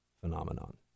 phenomenon